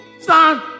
Son